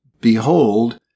Behold